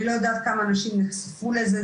אני לא יודעת כמה אנשים נחשפו לזה,